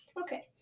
Okay